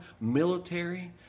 military